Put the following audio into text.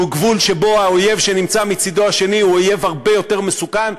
שהוא גבול שבו האויב שנמצא מצדו השני הוא אויב הרבה יותר מסוכן.